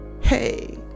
hey